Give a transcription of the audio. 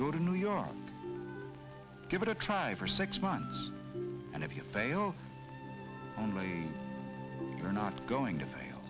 go to new york give it a try for six months and if you fail only you're not going to fail